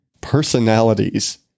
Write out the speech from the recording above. personalities